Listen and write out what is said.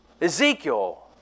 Ezekiel